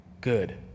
good